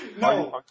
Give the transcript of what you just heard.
No